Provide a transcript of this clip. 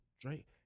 Drake